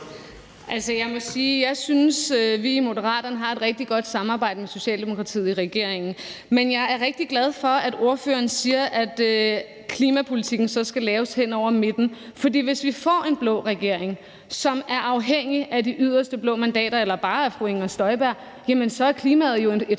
Altså, jeg må sige, at jeg synes, vi i Moderaterne har et rigtig godt samarbejde med Socialdemokratiet i regeringen. Men jeg er rigtig glad for, at ordføreren siger, at klimapolitikken skal laves hen over midten, for hvis vi får en blå regering, som er afhængig af de yderste blå mandater eller bare af fru Inger Støjberg, er klimaet jo et